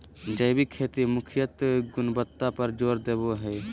जैविक खेती मुख्यत गुणवत्ता पर जोर देवो हय